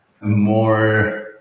more